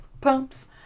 Pumps